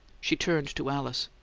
she turned to alice.